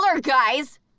guys